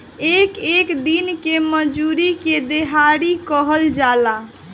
एक एक दिन के मजूरी के देहाड़ी कहल जाला